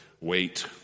wait